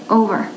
over